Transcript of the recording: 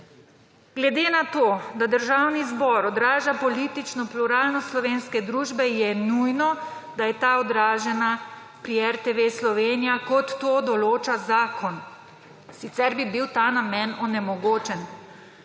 »Glede na to, da Državni zbor odraža politično pluralnost slovenske družbe, je nujno, da je ta odražena pri RTV Slovenija, kot to določa zakon. Sicer bi bil ta namen onemogočen.